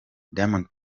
diamond